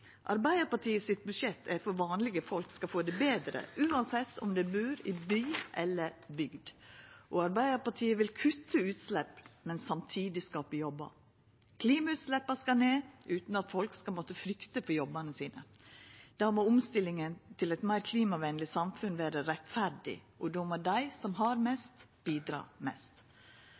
Arbeidarpartiet sitt budsjett er for at vanlege folk skal få det betre uansett om dei bur i by eller bygd. Arbeidarpartiet vil kutta utslepp, men samtidig skapa jobbar. Klimagassutsleppa skal ned utan at folk skal måtta frykta for jobbane sine. Då må omstillinga til eit meir klimavenleg samfunn vera rettferdig, og då må dei som har mest, bidra mest.